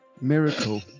miracle